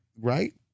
Right